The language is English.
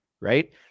Right